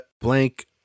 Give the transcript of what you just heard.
blank